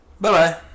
Bye-bye